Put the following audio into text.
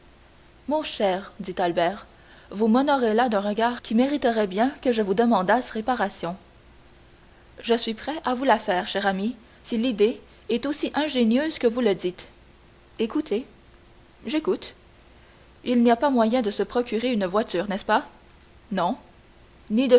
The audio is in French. mon cher dit albert vous m'honorez là d'un regard qui mériterait bien que je vous demandasse réparation je suis prêt à vous la faire cher ami si l'idée est aussi ingénieuse que vous le dites écoutez j'écoute il n'y a pas moyen de se procurer de voiture n'est-ce pas non